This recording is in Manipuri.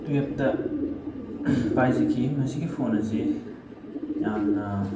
ꯇꯨꯌꯦꯜꯞꯇ ꯄꯥꯏꯖꯈꯤ ꯃꯁꯤꯒꯤ ꯐꯣꯟ ꯑꯁꯤ ꯌꯥꯝꯅ